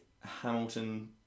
Hamilton